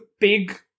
big